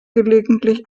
gelegentlich